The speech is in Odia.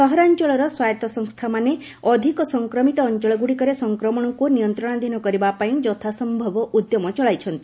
ସହରାଞ୍ଚଳୟ ସ୍ୱାୟତ୍ତ ସଂସ୍ଥାମାନେ ଅଧିକ ସଂକ୍ରମିତ ଅଞ୍ଚଳଗୁଡ଼ିକରେ ସଂକ୍ରମଣକୁ ନିୟନ୍ତ୍ରଣାଧୀନ କରିବାପାଇଁ ଯଥାସନ୍ଭବ ଉଦ୍ୟମ ଚଳାଇଛନ୍ତି